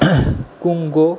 कुमगो